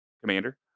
commander